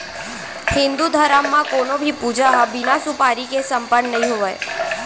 हिन्दू धरम म कोनों भी पूजा ह बिना सुपारी के सम्पन्न नइ होवय